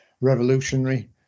revolutionary